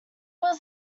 was